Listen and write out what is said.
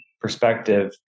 perspective